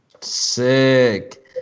Sick